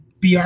BR